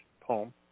poem